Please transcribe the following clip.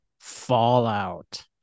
fallout